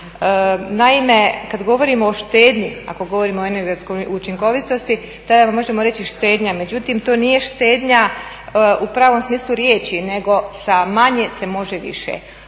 Naime, kada govorimo o štednji ako govorimo o energetskoj učinkovitosti tada možemo reći štednja. Međutim to nije štednja u pravom smislu riječi nego sa manje se može više. A da bi to